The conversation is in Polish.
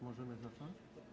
Możemy zacząć?